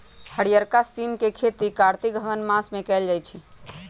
हरियरका सिम के खेती कार्तिक अगहन मास में कएल जाइ छइ